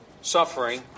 suffering